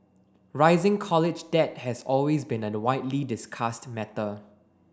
rising college debt has always been a widely discussed matter